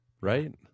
Right